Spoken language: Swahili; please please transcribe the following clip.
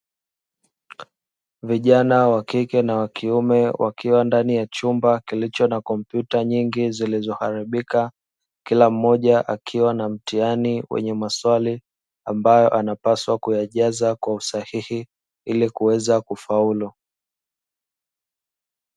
Vijana wakike na wakiume wakiwa ndani ya chumba kilicho na kompyuta nyingi zilizoharibika, kila mmoja akiwa na mtihani wenye maswali, ambayo anapaswa kuyajaza kwa usahihi ili kuweza kufaulu.